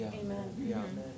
Amen